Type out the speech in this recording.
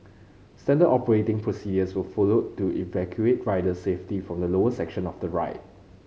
standard operating procedures were followed to evacuate riders safely from the lower section of the ride